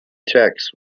cheques